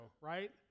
right